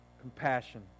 compassion